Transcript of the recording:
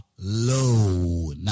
low